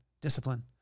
discipline